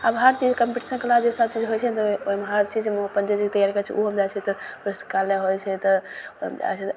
आब हर चीजके कम्पटिशन कएलासे सबचीज होइ छै ने ओहिमे हर चीजमे अपन जे जे तैआरी करै छै ओहोमे जाइ छै तऽ पुस्तकालय होइ छै तऽ ओहिमे जाइ छै तऽ